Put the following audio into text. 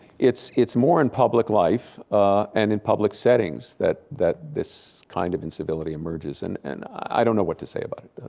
it's it's more in public life and in public settings that that this kind of incivility emerges and and i don't know what to say about it.